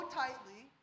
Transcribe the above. tightly